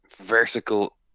vertical